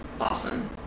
awesome